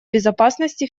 безопасности